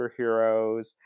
superheroes